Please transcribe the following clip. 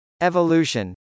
Evolution